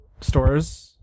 stores